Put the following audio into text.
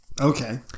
Okay